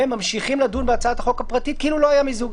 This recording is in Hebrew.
וממשיכים לדון בהצעת החוק הפרטית כאילו לא היה מיזוג,